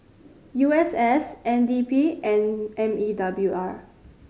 U S S N D P and M E W R